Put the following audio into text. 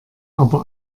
aber